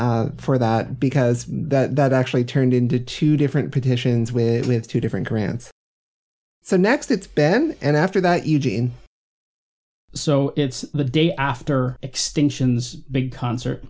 one for that because that actually turned into two different petitions with two different grants so next it's ben and after that eugene so it's the day after extensions big concert